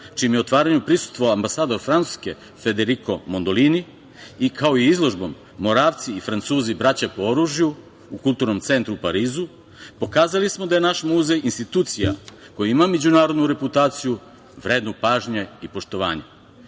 čijem je otvaranju prisustvovao ambasador Francuske Federiko Mondolini, kao i izložbom "Moravci i Francuzi, braća po oružju" u Kulturnom centru u Parizu, pokazali smo da je naš muzej institucija koja ima međunarodnu reputaciju vrednu pažnje i poštovanja. To